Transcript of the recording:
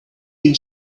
been